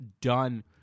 done